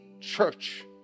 church